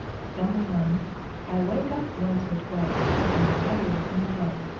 sometimes i wake up once or twice, when the weather is mild,